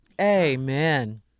Amen